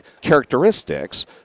characteristics